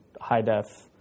high-def